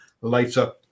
later